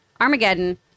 Armageddon